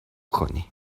کنی